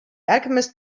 alchemist